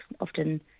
often